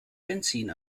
benzin